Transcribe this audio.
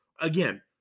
again